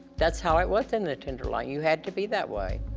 that's how it was in the tenderloin. you had to be that way.